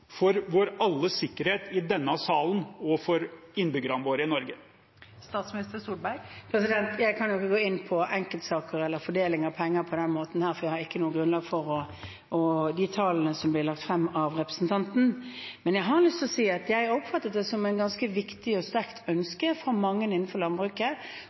for vår alles sikkerhet i denne salen og for innbyggerne i Norge? Jeg kan ikke gå inn på enkeltsaker eller fordeling av penger på den måten, for jeg har ikke noe grunnlag for å kommentere de tallene som blir lagt frem av representanten. Men jeg har lyst til å si at jeg har oppfattet det som et ganske viktig og sterkt ønske fra mange innenfor landbruket